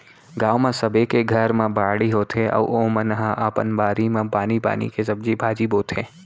गाँव म सबे के घर म बाड़ी होथे अउ ओमन ह अपन बारी म आनी बानी के सब्जी भाजी बोथे